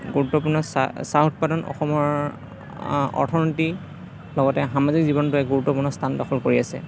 গুৰুত্বপূৰ্ণ চাহ চাহ উৎপাদন অসমৰ অৰ্থনীতি লগতে সামাজিক জীৱনতো এক গুৰুত্বপূৰ্ণ স্থান দখল কৰি আছে